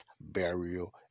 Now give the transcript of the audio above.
burial